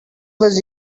was